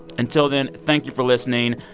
until then, thank you for listening.